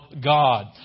God